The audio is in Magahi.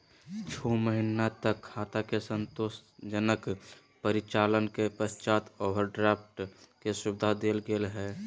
छो महीना तक खाता के संतोषजनक परिचालन के पश्चात ओवरड्राफ्ट के सुविधा देल गेलय हइ